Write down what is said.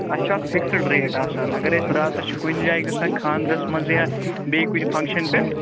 اَسہِ چھِ اَکھ فِکسٕڈ ریٹ آسان اگر أسۍ راتس چھِ کُنہِ جایہِ گژھان خانٛدرَس منٛز یا بیٚیہِ کُنہِ فنٛگشَن پٮ۪ٹھ